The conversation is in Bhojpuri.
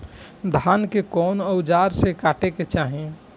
धान के कउन औजार से काटे के चाही?